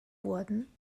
wurden